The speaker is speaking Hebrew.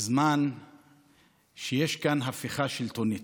זמן שיש כאן הפיכה שלטונית,